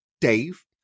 Dave